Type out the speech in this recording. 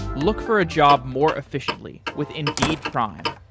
look for a job more efficiently with indeed prime.